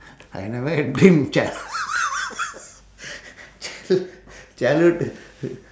I never had dream chil~ child~ childhood